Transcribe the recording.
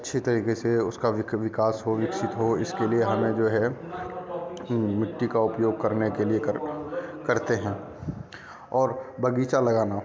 अच्छी तरीके से उसका भी विक विकास हो विकसित हो इसके लिए हमें जो है मिट्टी का उपयोग करने के लिए कर करते हैं और बगीचा लगाना